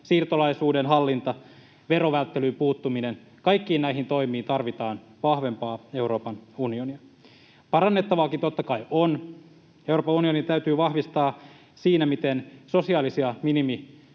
siirtolaisuuden hallinta, verovälttelyyn puuttuminen — kaikkiin näihin toimiin tarvitaan vahvempaa Euroopan unionia. Parannettavaakin totta kai on. Euroopan unionia täytyy vahvistaa siinä, miten sosiaalisia minimiehtoja